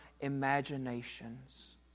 imaginations